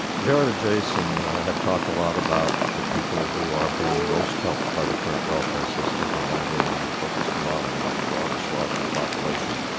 jared and jason have talked a lot about the people who are being most helped by the current welfare system while andy and i have focused a lot on a much broader swath of the population,